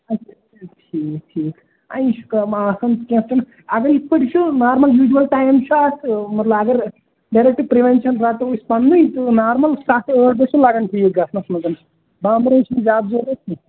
اَچھا ٹھیٖک ٹھیٖک اَے یہِ چھُ کٲماہ آسان کینٛژھن اَگر یِتھٕ پٲٹھۍ یہِ چھُ نارمَل یوٗجوَل ٹایم چھُ اَتھ مطلب اَگر ڈایریکٹ پرٛیوینشن رٹو أسۍ پَنٕنُے تہٕ نارمَل سَتھ ٲٹھ دۅہ چھِ لَگان ٹھیٖک گَژھنَس منٛز بانٛبرُن چھَنہٕ زیادٕ ضروٗرت کیٚنٛہہ